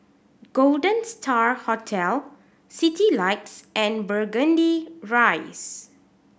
Golden Star Hotel Citylights and Burgundy Rise